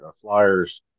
flyers